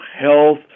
health